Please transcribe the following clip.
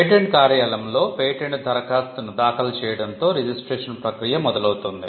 patent కార్యాలయంలో patent దరఖాస్తును దాఖలు చేయడంతో రిజిస్ట్రేషన్ ప్రక్రియ మొదలౌతుంది